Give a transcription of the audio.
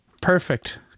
perfect